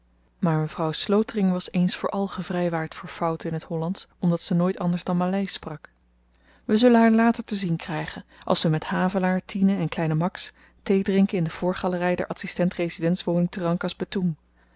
maar mevrouw slotering was eens voor al gevrywaard voor fouten in t hollandsch omdat ze nooit anders dan maleisch sprak we zullen haar later te zien krygen als we met havelaar tine en kleinen max thee drinken in de voorgalery der adsistent residents woning